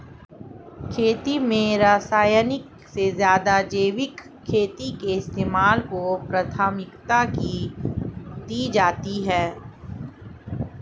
खेती में रासायनिक से ज़्यादा जैविक खेती के इस्तेमाल को प्राथमिकता दी जाती है